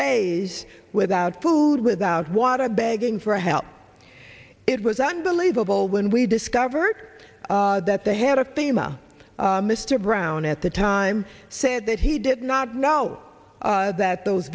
days without food without water begging for help it was unbelievable when we discovered that the head of thema mr brown at the time said that he did not know that those